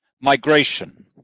migration